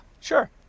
sure